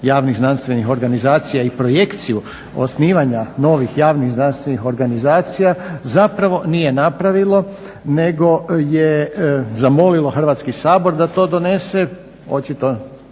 javnih znanstvenih organizacija i projekciju osnivanja novih javnih zdravstvenih organizacija zapravo nije napravilo nego je zamolilo Hrvatski sabor da to donese. Očito